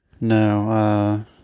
No